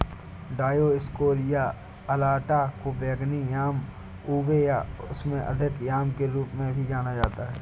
Dioscorea alata को बैंगनी yam ube या उससे अधिक याम के रूप में भी जाना जाता है